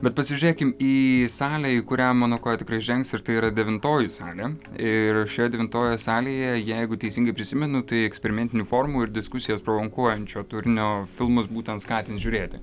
bet pasižiūrėkim į salę į kurią mano koja tikrai žengs ir tai yra devintoji salė ir šioje devintoje salėje jeigu teisingai prisimenu tai eksperimentinių formų ir diskusijas provokuojančio turinio filmus būtent skatint žiūrėti